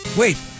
wait